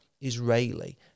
Israeli